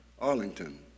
Arlington